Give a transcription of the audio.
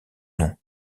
nom